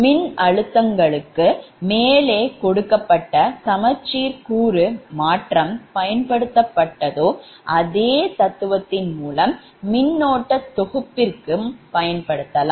மின்னழுத்தங்களுக்கு மேலே கொடுக்கப்பட்ட சமச்சீர் கூறு மாற்றம் பயன்படுத்தபட்டதோ அதே தத்துவத்தின் மூலம் மின்னோட்ட தொகுப்பிற்கு பயன்படுத்தப்படலாம்